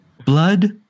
blood